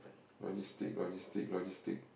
logistic logistic logistic